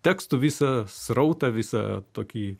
tekstų visą srautą visą tokį